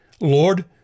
Lord